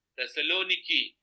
Thessaloniki